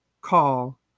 call